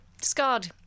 discard